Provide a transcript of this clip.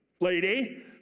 lady